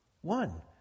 One